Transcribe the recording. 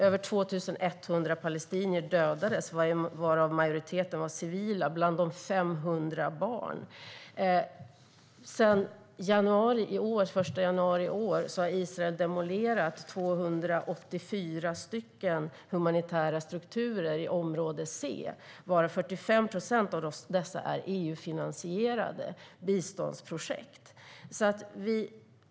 Över 2 100 palestinier dödades, varav majoriteten var civila och bland dem 500 barn. Sedan den 1 januari i år har Israel demolerat 284 humanitära strukturer i område C, varav 45 procent är EU-finansierade biståndsprojekt.